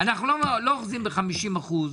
אנחנו לא אוחזים ב-50%.